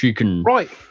Right